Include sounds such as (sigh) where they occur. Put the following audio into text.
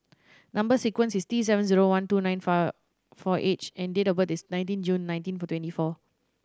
number sequence is T seven zero one two nine (unintelligible) four H and date of birth is nineteen June nineteen (unintelligible) twenty four